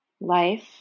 Life